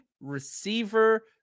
receiver